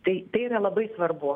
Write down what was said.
tai tai yra labai svarbu